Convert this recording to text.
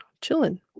chilling